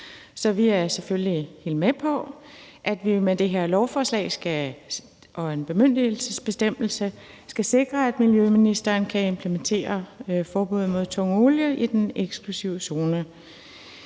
Så vi er selvfølgelig helt med på, at vi med det her lovforslag og bemyndigelsesbestemmelsen skal sikre, at miljøministeren kan implementere forbuddet mod tung olie i den eksklusive zone